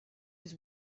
was